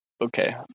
okay